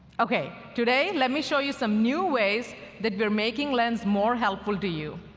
ok, today, let me show you some new ways that we're making lens more helpful to you.